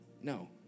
No